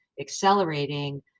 accelerating